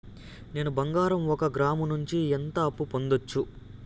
నేను బంగారం ఒక గ్రాము నుంచి ఎంత అప్పు పొందొచ్చు